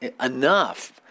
enough